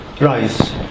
rise